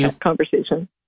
conversation